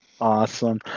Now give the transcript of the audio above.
Awesome